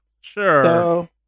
Sure